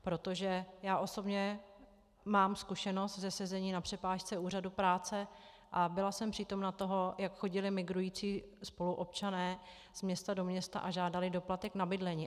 Protože já osobně mám zkušenost ze sezení na přepážce úřadu práce a byla jsem přítomna toho, jak chodili migrující spoluobčané z města do města a žádali doplatek na bydlení.